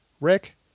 Rick